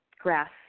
grass